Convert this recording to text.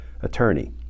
attorney